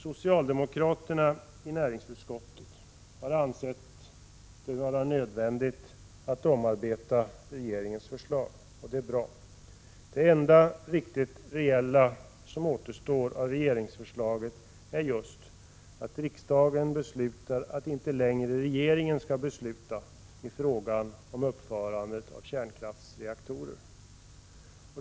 Socialdemokraterna i näringsutskottet har ansett det vara nödvändigt att omarbeta regeringens förslag. Det är bra. Det enda reella som återstår av regeringsförslaget är just att riksdagen beslutar att regeringen inte längre skall besluta i frågan om uppförande av kärnkraftsreaktorer.